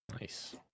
Nice